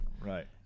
Right